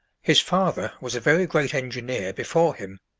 his father was a very great engineer before him,